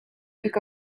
pick